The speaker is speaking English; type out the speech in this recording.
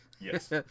Yes